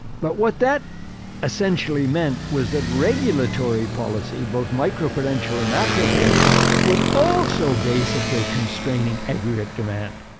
but what that essentially meant was that regulatory policy, both microprudential and macroprudential was also basically constraining aggregate demand.